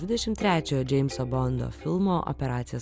dvidešim trečiojo džeimso bondo filmo operacija